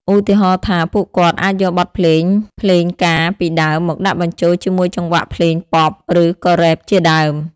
ឧទាហរណ៍ថា ពួកគាត់អាចយកបទភ្លេងភ្លេងការពីដើមមកដាក់បញ្ចូលជាមួយចង្វាក់ភ្លេងប៉ុប ឬក៏រ៉េប ជាដើម។